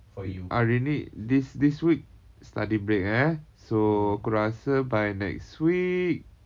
I already this this week study break eh so aku rasa by the next week